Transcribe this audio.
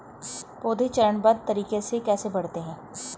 पौधे चरणबद्ध तरीके से कैसे बढ़ते हैं?